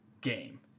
game